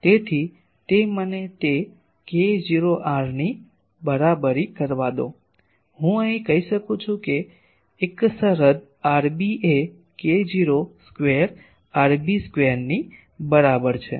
તેથી તે મને તે k0 r ની બરાબરી કરવા દો હું કહી શકું છું કે એક સરહદ rb એ k0 સ્કવેર rb સ્કવેરની બરાબર છે